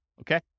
Okay